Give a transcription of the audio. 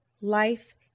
Life